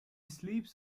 sleeps